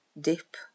dip